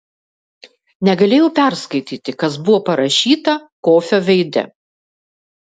negalėjau perskaityti kas buvo parašyta kofio veide